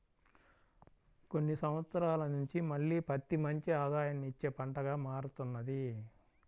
కొన్ని సంవత్సరాల నుంచి మళ్ళీ పత్తి మంచి ఆదాయాన్ని ఇచ్చే పంటగా మారుతున్నది